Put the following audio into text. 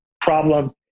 problem